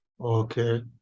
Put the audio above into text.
Okay